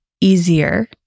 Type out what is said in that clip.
easier